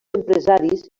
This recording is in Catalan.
empresaris